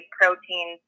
protein